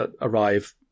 arrive